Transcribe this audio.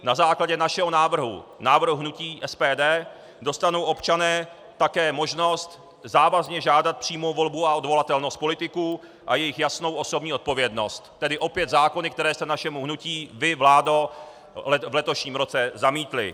Na základě našeho návrhu, návrhu hnutí SPD, dostanou občané také možnost závazně žádat přímou volbu a odvolatelnost politiků a jejich jasnou osobní odpovědnost, tedy opět zákony, které jste našemu hnutí vy, vládo, v letošním roce zamítli.